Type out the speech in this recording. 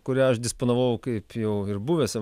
kurią aš disponavau kaip jau ir buvęs